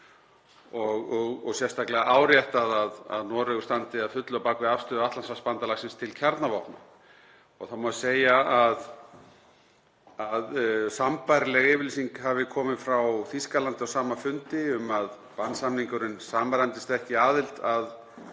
og sérstaklega áréttað að Noregur standi að fullu á bak við afstöðu Atlantshafsbandalagsins til kjarnavopna. Það má segja að sambærileg yfirlýsing hafi komið frá Þýskalandi á sama fundi um að bannsamningurinn samræmdist ekki aðild að